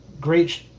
great